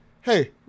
hey